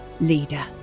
leader